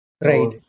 Right